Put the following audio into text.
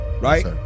right